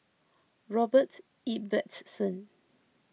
Robert Ibbetson